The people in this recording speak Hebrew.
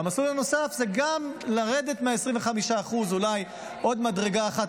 והמסלול הנוסף זה גם לרדת מ-25% אולי עוד מדרגה אחת